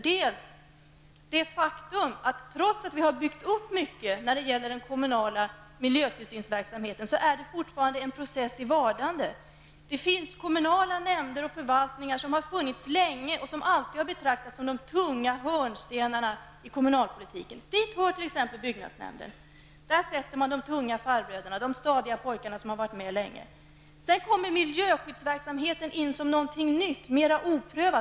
Det är för det första det faktum att trots att vi har byggt upp mycket när det gäller miljötillsynsverksamheten, så är det fortfarande en process i vardande. Det finns kommunala nämnder och förvaltningar som har funnits länge och som alltid betraktats som de tunga hörnstenarna i kommunalpolitiken. Dit hör t.ex. byggnadsnämnden, där man sätter de tunga farbröderna och de stadiga pojkarna, som varit med länge. Sedan kommer miljöskyddsverksamheten in som någonting nytt och mer oprövat.